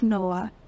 Noah